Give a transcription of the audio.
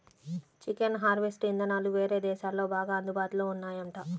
chicken harvest ఇదానాలు వేరే దేశాల్లో బాగా అందుబాటులో ఉన్నాయంట